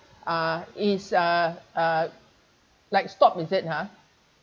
uh is uh uh like stop is it ha